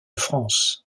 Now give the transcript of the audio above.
france